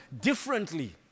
differently